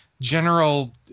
general